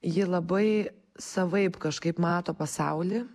ji labai savaip kažkaip mato pasaulį